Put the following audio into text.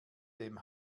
dem